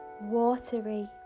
watery